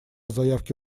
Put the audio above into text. заявке